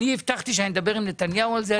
הבטחתי שאני אדבר עם נתניהו על זה,